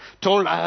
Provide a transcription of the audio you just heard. told